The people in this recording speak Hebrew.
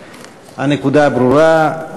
תודה, גברתי, הנקודה ברורה.